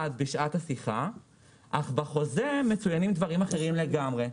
בשעת השיחה אבל בחוזה מצוינים דברים אחרים לגמרי.